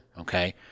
okay